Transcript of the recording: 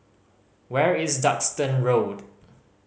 where is Duxton Road